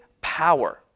power